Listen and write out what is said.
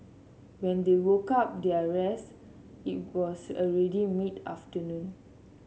when they woke up their rest it was already mid afternoon